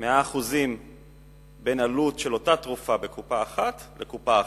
100% בין העלות של אותה תרופה בקופה אחת ובקופה אחרת.